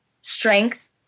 strength